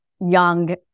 young